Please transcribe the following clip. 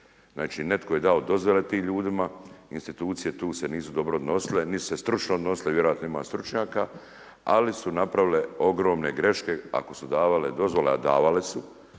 Znači netko je dao dozvole tim ljudima, institucije tu se nisu dobro odnosile, nisu se stručno odnosile i vjerojatno ima stručnjaka ali su napravile ogromne greške ako su davale dozvole a davale su